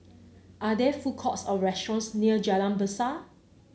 are there food courts or restaurants near Jalan Besar